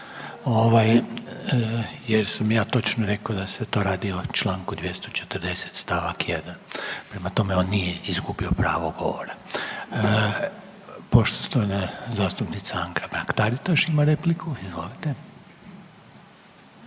problem, jer sam ja točno rekao da se to radi o članku 240. stavak 1. Prema tome on nije izgubio pravo govora. Poštovana zastupnica Anka Mrak Taritaš ima repliku. Izvolite.